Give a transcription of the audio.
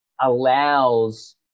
allows